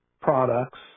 products